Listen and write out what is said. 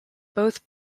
both